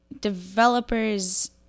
developers